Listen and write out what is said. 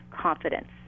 confidence